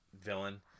villain